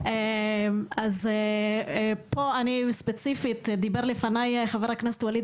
אז פה אני ספציפית דיבר לפניי חבר הכנסת ואליד